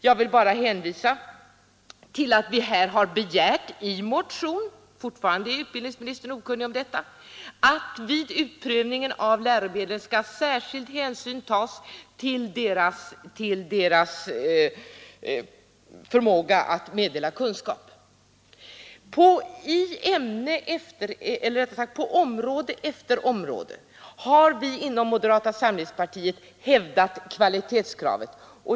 Jag vill bara hänvisa till att vi i motion begärt — utbildningsministern är fortfarande okunnig om detta — att vid utprövningen av läromedlen skall särskild hänsyn tas till deras förmåga att meddela kunskap. På område efter område har moderata samlingspartiet hävdat kvalitetskravet.